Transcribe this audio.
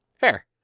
Fair